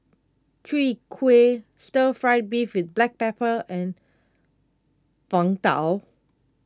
Chwee Kueh Stir Fried Beef with Black Pepper and Png Tao